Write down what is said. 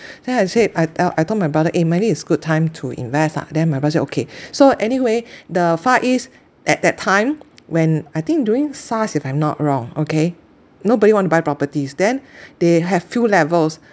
then I said I tell I told my brother eh maybe is good time to invest ah then my brother say okay so anyway the far east at that time when I think during SARS if I'm not wrong okay nobody want to buy properties then they have few levels